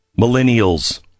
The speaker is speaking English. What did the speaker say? millennials